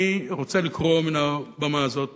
אני רוצה לקרוא מעל הבמה הזאת